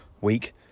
week